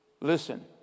Listen